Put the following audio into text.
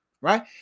right